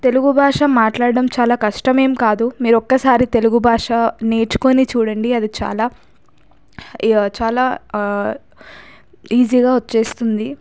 తెలుగు భాష మాట్లాడటం చాలా కష్టమేం కాదు మీరు ఒక్కసారి తెలుగు భాష నేర్చుకుని చూడండి అది చాలా చాలా ఈజీగా వచ్చేస్తుంది